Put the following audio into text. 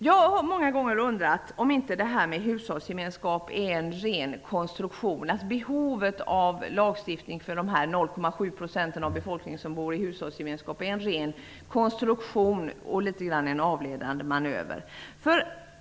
Jag har många gånger undrat om behovet av lagstiftning för de 0,7 % av befolkningen som bor i hushållsgemenskap är en ren konstruktion, en avledande manöver.